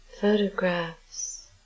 photographs